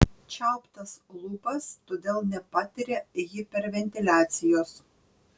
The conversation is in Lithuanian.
čiauptas lūpas todėl nepatiria hiperventiliacijos